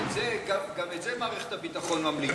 גם את זה מערכת הביטחון ממליצה.